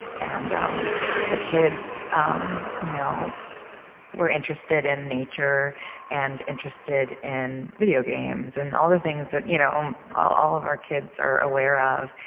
and um the kids um you know were interested in nature and interested in video games and all the things you know all all of our kids are aware of.